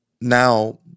now